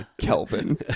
Kelvin